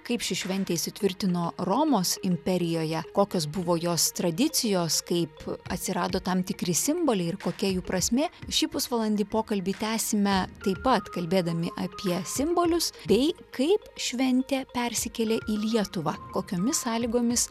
kaip ši šventė įsitvirtino romos imperijoje kokios buvo jos tradicijos kaip atsirado tam tikri simboliai ir kokia jų prasmė šį pusvalandį pokalbį tęsime taip pat kalbėdami apie simbolius bei kaip šventė persikėlė į lietuvą kokiomis sąlygomis